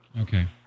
Okay